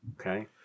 Okay